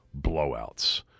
blowouts